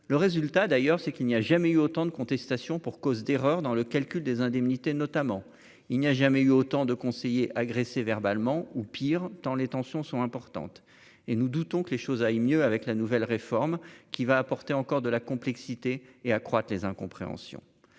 le résultat d'ailleurs, c'est qu'il n'y a jamais eu autant de contestation pour cause d'erreurs dans le calcul des indemnités notamment, il n'y a jamais eu autant de conseillers agresser verbalement ou, pire, tant les tensions sont importantes et nous doutons que les choses aillent mieux avec la nouvelle réforme qui va apporter encore de la complexité et accroître les incompréhensions,